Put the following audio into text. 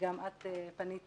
את פנית